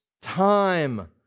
time